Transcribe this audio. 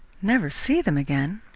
never see them again?